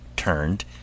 turned